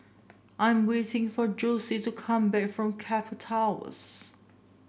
I am waiting for Jose to come back from Keppel Towers